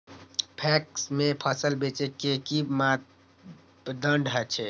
PACS में फसल बेचे के कि मापदंड छै?